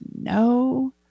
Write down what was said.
no